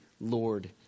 Lord